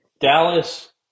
Dallas